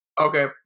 okay